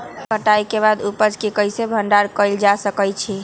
कटाई के बाद उपज के कईसे भंडारण कएल जा सकई छी?